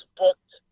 booked